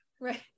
Right